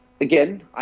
again